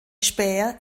späher